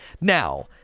now